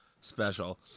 special